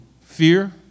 fear